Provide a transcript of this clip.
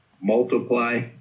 multiply